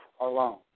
alone